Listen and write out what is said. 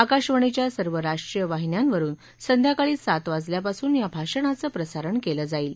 आकाशवाणीच्या सर्व राष्ट्रीय वाहिन्यांवरुन संध्याकाळी सात वाजल्यापासून या भाषणाचं प्रसारण केलं जाईल